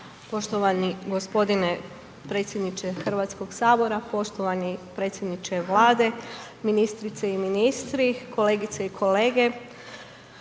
Poštovan gospodine predsjedniče Hrvatskog sabora, poštovani predsjedniče Vlade, ministrice i ministri, kolegice i kolege,